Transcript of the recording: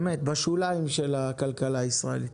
בשוליים של הכלכלה הישראלית.